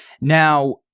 Now